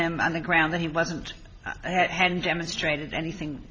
him on the ground that he wasn't at hand demonstrated anything